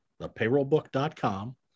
thepayrollbook.com